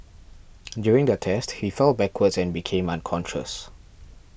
during the test he fell backwards and became unconscious